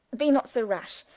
be not so rash,